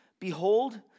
Behold